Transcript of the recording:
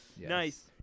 Nice